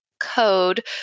code